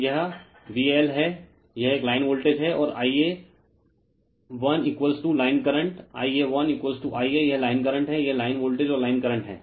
तो यह VL है यह एक लाइन वोल्टेज है और Ia l line current Ia lIa यह लाइन करंट है यह लाइन वोल्टेज और लाइन करंट है